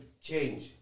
change